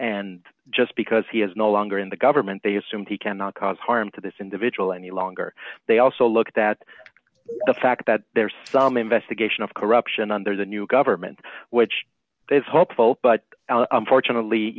and just because he is no longer in the government they assume he cannot cause harm to this individual any longer they also look at that the fact that there's some investigation of corruption and there's a new government which is hopeful but unfortunately